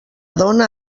dona